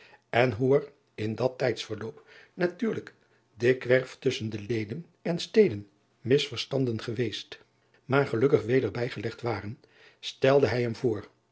en hoe er in dat tijdsverloop natuurlijk dikwerf tusschen de eden en teden misverstanden geweest maar gelukkig weder bijgelegd waren stelde hij hem voor